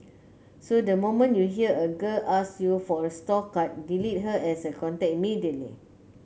so the moment you hear a girl ask you for a store card delete her as a contact immediately